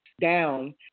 down